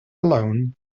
alone